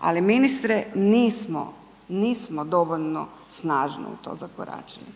ali ministre nismo dovoljno snažno u to zakoračili.